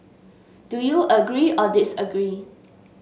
do you agree or disagree